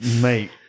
mate